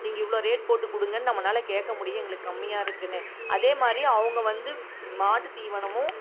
நீங்கள் இவ்வளோ ரேட் போட்டு கொடுங்க நம்மளால கேட்க முடியும் எங்களுக்கு கம்மியாக இருக்குன்னு அதே மாதிரி அவங்க வந்து மாட்டு தீவனமும்